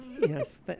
Yes